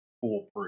foolproof